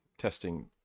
Testing